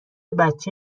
بچه